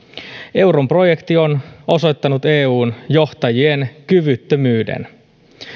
euron projekti on osoittanut eun johtajien kyvyttömyyden